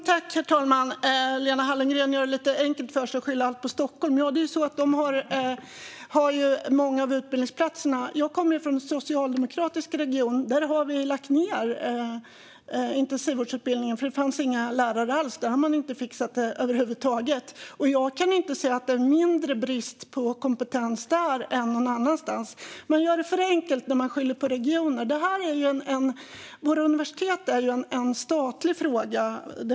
Herr talman! Lena Hallengren gör det lite enkelt för sig genom att skylla allt på Stockholm. Stockholm har ju många av utbildningsplatserna. Jag kommer från en socialdemokratisk region. Där har vi lagt ned intensivvårdsutbildningen, eftersom det inte fanns några lärare alls. Där har man inte fixat det över huvud taget. Jag kan inte se att det skulle vara mindre brist på kompetens där än någon annanstans. Man gör det för enkelt när man skyller på regioner. Våra universitet är de facto en statlig fråga.